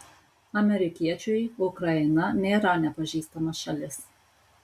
amerikiečiui ukraina nėra nepažįstama šalis